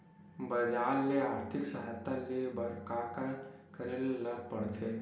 बजार ले आर्थिक सहायता ले बर का का करे ल पड़थे?